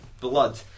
Blood